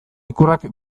ikurrak